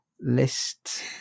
list